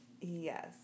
Yes